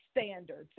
standards